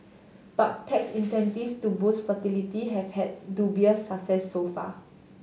but tax incentives to boost fertility have had dubious success so far